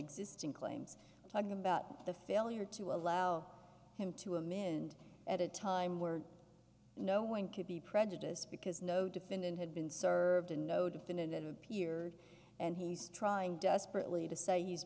existing claims talking about the failure to allow him to amend at a time where no one could be prejudiced because no defendant had been served and no defendant in appeared and he's trying desperately to say he's